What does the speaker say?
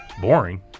boring